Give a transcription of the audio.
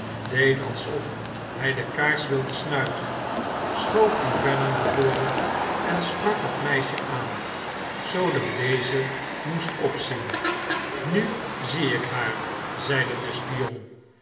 deed alsof hij de kaars wilde snuiten schoof die verder naar voren en sprak het meisje aan zoodat deze moest opzien nu zie ik haar zeide de spion